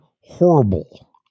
horrible